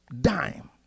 dime